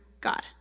God